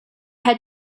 had